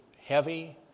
heavy